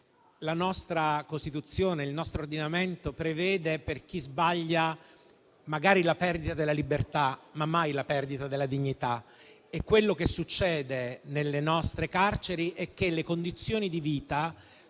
La nostra Costituzione e il nostro ordinamento prevedono per chi sbaglia magari la perdita della libertà, ma mai la perdita della dignità. Quello che succede nelle nostre carceri è che le condizioni di vita